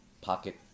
pocket